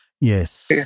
yes